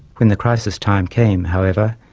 when the crisis time came, however,